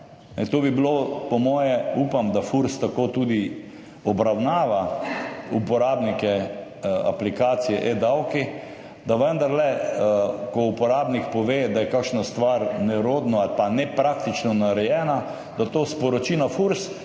To bi bilo po moje, upam, da FURS tako tudi obravnava uporabnike aplikacije eDavki, da vendarle, ko uporabnik pove, da je kakšna stvar nerodno ali pa nepraktično narejena, da to sporoči na FURS